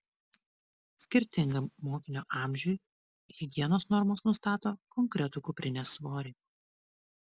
skirtingam mokinio amžiui higienos normos nustato konkretų kuprinės svorį